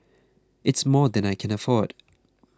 it's more than I can afford